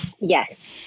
Yes